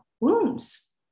wounds